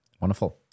Wonderful